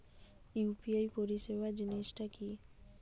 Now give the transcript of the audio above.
UPI পরিসেবা জিনিসটা কি?